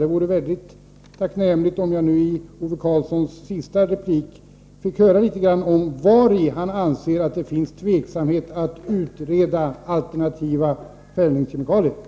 Det vore väldigt tacknämligt om jag i Ove Karlssons sista replik fick höra på vilket sätt han anser det vara tveksamt att utreda alternativa fällningskemikalier.